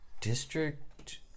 District